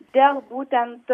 dėl būtent